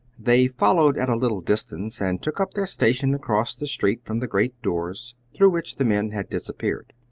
they followed at a little distance and took up their station across the street from the great doors through which the men had disappeared.